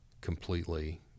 completely